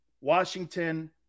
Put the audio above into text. Washington